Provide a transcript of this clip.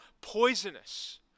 poisonous